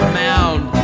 mound